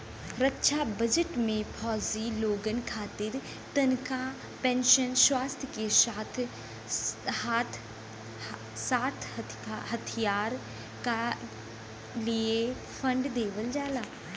रक्षा budget में फौजी लोगन खातिर तनखा पेंशन, स्वास्थ के साथ साथ हथियार क लिए फण्ड देवल जाला